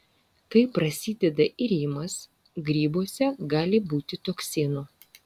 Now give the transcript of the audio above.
kai prasideda irimas grybuose gali būti toksinų